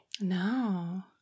No